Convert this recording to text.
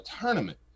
tournament